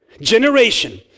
generation